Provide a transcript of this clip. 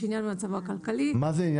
ניגוד עניינים עם עצם היותם ברשויות הניקוז.